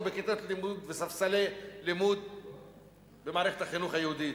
בכיתות לימוד וספסלי לימוד במערכת החינוך היהודית.